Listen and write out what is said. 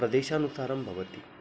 प्रदेशानुसारं भवति